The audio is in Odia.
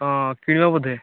ହଁ କିଣିବ ବୋଧେ